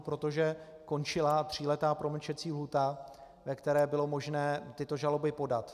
Protože končila tříletá promlčecí lhůta, ve které bylo možné tyto žaloby podat.